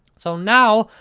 so, now,